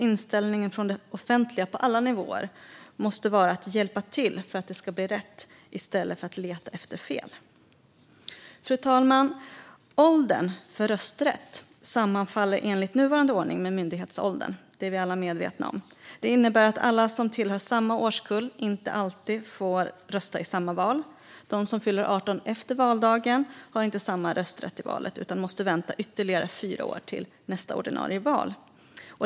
Inställningen från det offentliga måste på alla nivåer vara att man ska hjälpa till för att det ska bli rätt i stället för att leta efter fel. Fru talman! Åldern för rösträtt sammanfaller enligt nuvarande ordning med myndighetsåldern. Det är vi alla medvetna om. Det innebär att alla som tillhör samma årskull inte alltid får rösta i samma val. De som fyller 18 år efter valdagen har inte rösträtt i valet utan måste vänta ytterligare fyra år till nästa ordinarie val.